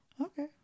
Okay